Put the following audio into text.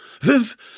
Viv